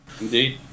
Indeed